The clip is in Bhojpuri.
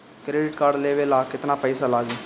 क्रेडिट कार्ड लेवे ला केतना पइसा लागी?